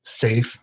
safe